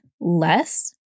less